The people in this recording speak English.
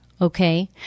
okay